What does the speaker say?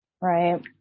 Right